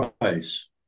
Price